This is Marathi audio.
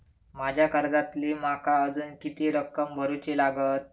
माझ्या कर्जातली माका अजून किती रक्कम भरुची लागात?